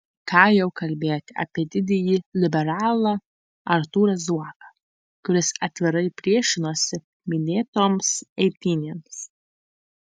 ką jau kalbėti apie didįjį liberalą artūrą zuoką kuris atvirai priešinosi minėtoms eitynėms